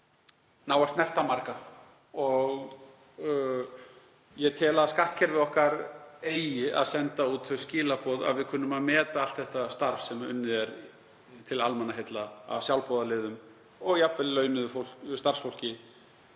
ná að snerta marga. Ég tel að skattkerfið okkar eigi að senda út þau skilaboð að við kunnum að meta allt það starf sem unnið er til almannaheilla af sjálfboðaliðum og jafnvel launuðu starfsfólki